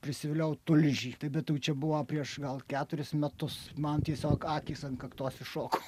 prisiviliojau tulžį bet jau čia buvo prieš gal keturis metus man tiesiog akys ant kaktos iššoko